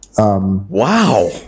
Wow